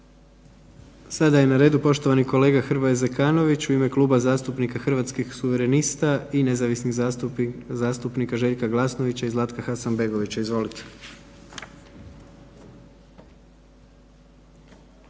sredstva za prskanje. Kolega Hrvoje Zekanović, ispred Kluba zastupnika Hrvatskih suverenista i nezavisnih zastupnika Željka Glasnovića i Zlatka Hasanbegovića. Izvolite.